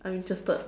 I'm interested